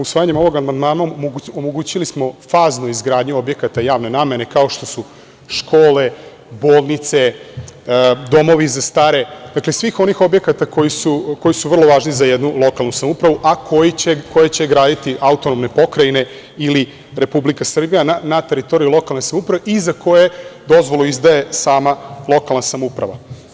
Usvajanjem ovog amandmana, omogućili smo faznu izgradnju objekata javne namene, kao što su škole, bolnice, domovi za stare, svih onih objekata koji su vrlo važni za jednu lokalnu samoupravu, a koje će graditi AP ili Republika Srbija, na teritoriji lokalne samouprave, i za koje dozvolu izdaje sama lokalna smouprava.